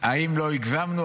האם לא הגזמנו?